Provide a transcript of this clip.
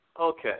Okay